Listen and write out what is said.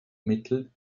mittel